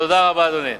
תודה רבה, אדוני.